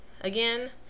again